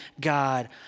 God